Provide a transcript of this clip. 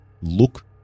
look